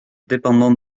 dépendant